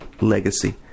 legacy